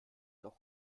doch